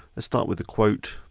let's start with the quote.